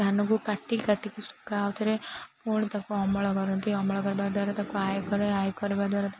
ଧାନକୁ କାଟି କାଟିକି ଶୁଖା ଆଉଥରେ ପୁଣି ତାକୁ ଅମଳ କରନ୍ତି ଅମଳ କରିବା ଦ୍ୱାରା ତାକୁ ଆୟ କରେ ଆୟ କରିବା ଦ୍ୱାରାକୁ